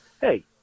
hey